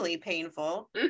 painful